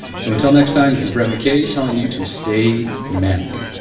so until next time this is brett mckay telling you to stay manly